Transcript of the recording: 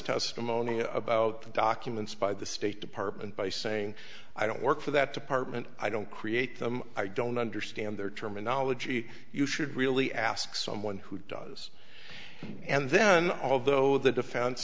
testimony about the documents by the state department by saying i don't work for that department i don't create them i don't understand their terminology you should really ask someone who does and then although the defense